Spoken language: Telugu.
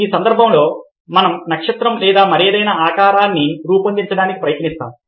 ఈ సందర్భంలో మనం నక్షత్రం లేదా మరేదైనా ఆకారాన్ని రూపొందించడానికి ప్రయత్నిస్తాము